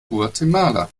guatemala